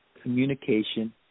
communication